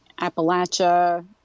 Appalachia